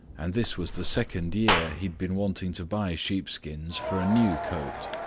and this was the second year he had been wanting to buy sheep-skins for a new coat.